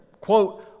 quote